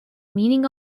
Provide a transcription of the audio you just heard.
meaning